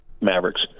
Mavericks